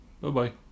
Bye-bye